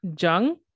Jung